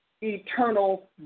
eternal